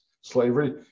slavery